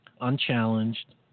unchallenged